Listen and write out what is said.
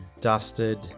dusted